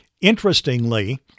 Interestingly